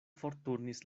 forturnis